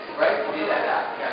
Right